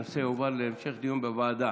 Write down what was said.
הנושא הועבר להמשך דיון בוועדה.